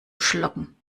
schlucken